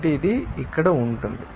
కాబట్టి ఇది ఇక్కడ ఉంటుంది